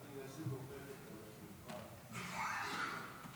ואני מתכבד להזמין את שר הבינוי והשיכון כבוד השר יצחק גולדקנופ.